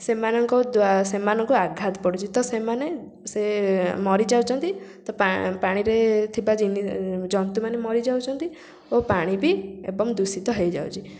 ସେମାନଙ୍କ ଦ୍ୱା ସେମାନଙ୍କୁ ଆଘାତ ପଡ଼ୁଛି ତ ସେମାନେ ସେ ମରିଯାଉଛନ୍ତି ତ ପାଣିରେ ଥିବା ଜନ୍ତୁମାନେ ମରିଯାଉଛନ୍ତି ଓ ପାଣି ବି ଏବଂ ଦୂଷିତ ହେଇଯାଉଛି